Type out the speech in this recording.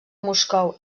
moscou